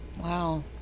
Wow